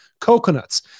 coconuts